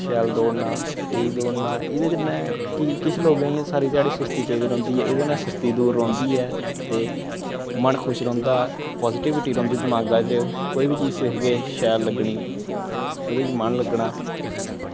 शैल दौड़ना तेज दौड़ना एह्दे कन्नै किश लोग होंदे सारी ध्याड़ी सुस्ती पेदी रौंह्दी ऐ एह्दे कन्नै सुस्ती दूर रौंह्दी ऐ ते मन खुश रौंह्दा ते पॉजीटिविटी रौंह्दी दमाग बिच्च कोई बी चीज सिक्खदे शैल लग्गनी एह्दे च मन लग्गना